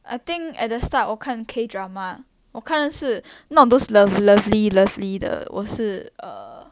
I think at the start 我看 k drama 我看的是 not those lovely lovely lovely 的我是 err